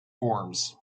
forms